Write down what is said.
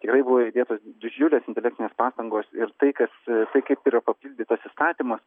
tikrai buvo įdėtos didžiulės intelektinės pastangos ir tai kas tai kaip yra papildytas įstatymas